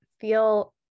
feel